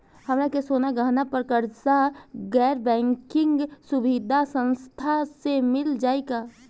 हमरा के सोना गहना पर कर्जा गैर बैंकिंग सुविधा संस्था से मिल जाई का?